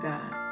God